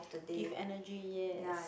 give energy yes